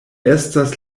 estas